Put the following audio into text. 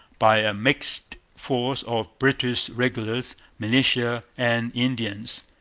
by a mixed force of british-regulars, militia, and indians.